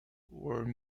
were